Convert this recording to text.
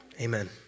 Amen